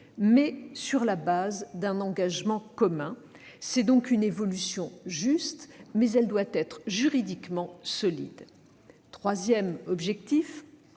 mais sur la base d'un engagement commun. C'est donc une évolution juste, mais elle doit être juridiquement solide. Troisième objectif